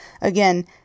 Again